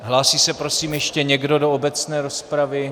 Hlásí se prosím ještě někdo do obecné rozpravy?